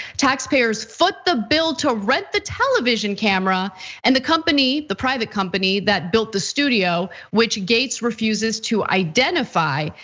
taxpayers foot the bill to rent the television camera and the company, the private company that built the studio, which gaetz refuses to identify,